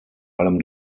allem